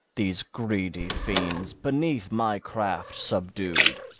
these greedy fiends, beneath my craft subdued!